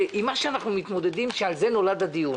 זה עם מה שאנחנו מתמודדים שעל זה נולד הדיון.